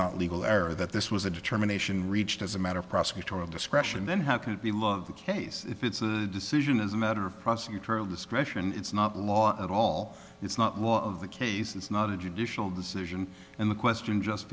not legal error that this was a determination reached as a matter of prosecutorial discretion then how can it be love the case if it's a decision is a matter of prosecutorial discretion it's not law at all it's not law of the case it's not a judicial decision and the question just